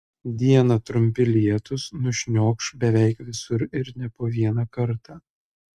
dieną trumpi lietūs nušniokš beveik visur ir ne po vieną kartą